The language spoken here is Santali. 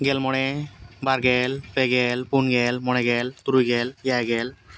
ᱜᱮᱞ ᱢᱚᱬᱮ ᱵᱟᱨ ᱜᱮᱞ ᱯᱮ ᱜᱮᱞ ᱯᱩᱱ ᱜᱮᱞ ᱢᱚᱬᱮ ᱜᱮᱞ ᱛᱩᱨᱩᱭ ᱜᱮᱞ ᱮᱭᱟᱭ ᱜᱮᱞ